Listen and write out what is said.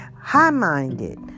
high-minded